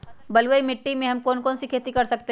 बलुई मिट्टी में हम कौन कौन सी खेती कर सकते हैँ?